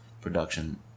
production